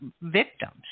victims